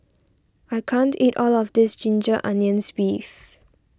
I can't eat all of this Ginger Onions Beef